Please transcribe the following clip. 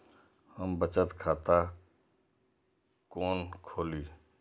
हम बचत खाता कोन खोली?